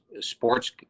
sports